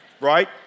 Right